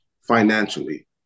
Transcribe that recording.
financially